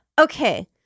Okay